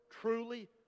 truly